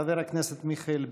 חבר הכנסת מיכאל ביטון.